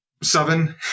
Seven